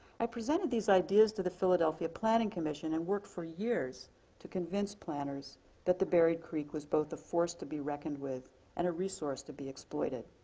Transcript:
i presented these ideas to the philadelphia planning commission and worked for years to convince planners that the buried creek was both a force to be reckoned with and a resource to be exploited.